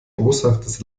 boshaftes